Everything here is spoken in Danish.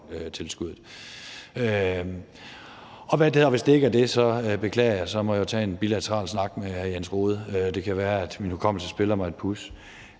bloktilskuddet. Hvis det ikke er det, beklager jeg. Så må jeg jo tage en bilateral snak med hr. Jens Rohde. Det kan være, at min hukommelse spiller mig et puds.